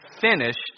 finished